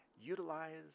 utilize